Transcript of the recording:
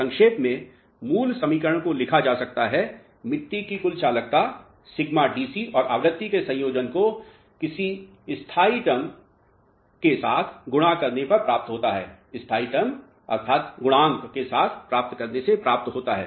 तो संक्षेप में मूल समीकरण को लिखा जा सकता है मिट्टी की कुल चालकता σDC और आवृत्ति के संयोजन को किसी स्थायी टर्म के साथ गुणा करने पर प्राप्त होगा